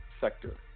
sector